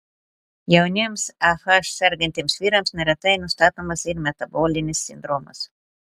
jauniems ah sergantiems vyrams neretai nustatomas ir metabolinis sindromas